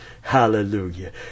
Hallelujah